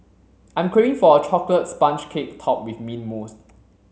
I'm craving for a chocolate sponge cake topped with mint mousse